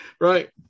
right